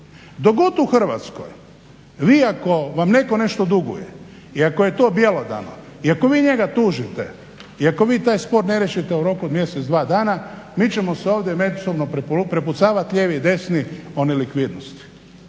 god u Hrvatskoj, vi ako vam netko nešto duguje i ako je to bjelodano i ako vi njega tužite i ako vi taj spor ne riješite u roku od mjesec, dva dana mi ćemo se ovdje međusobno prepucavat lijevi i desni o nelikvidnosti.